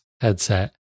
headset